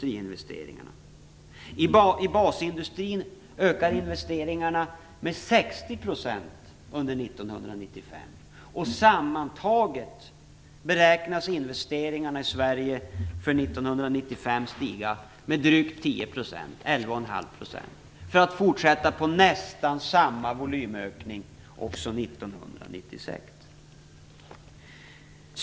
I basindustrin väntas investeringarna öka med 60 % under 1995. Sammantaget beräknas investeringarna i Sverige under 1995 stiga med 111⁄2 % och fortsätta med nästan samma volymökning också under 1996.